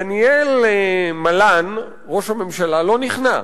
דניאל מאלאן, ראש הממשלה, לא נכנע.